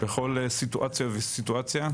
בכל סיטואציה וסיטואציה,